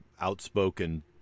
outspoken